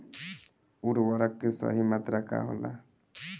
उर्वरक के सही मात्रा का होला?